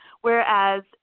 Whereas